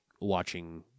watching